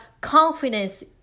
confidence